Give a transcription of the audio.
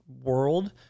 world